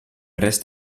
rest